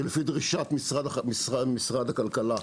שלפי דרישת משרד הכלכלה --- כן,